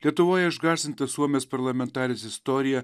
lietuvoje išgąsdinta suomės parlamentarės istorija